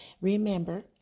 Remember